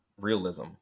realism